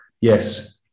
Yes